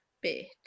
bit